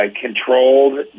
controlled